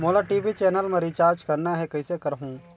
मोला TV channel मा recharge करना हे, कइसे करहुँ?